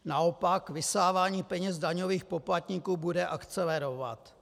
Naopak, vysávání peněz daňových poplatníků bude akcelerovat.